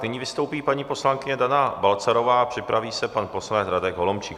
Nyní vystoupí paní poslankyně Dana Balcarová a připraví se pan poslanec Radek Holomčík.